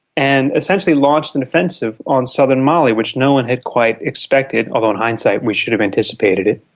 and essentially launched an offensive on southern mali which no one had quite expected, although in hindsight, we should have anticipated it.